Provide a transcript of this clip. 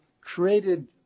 created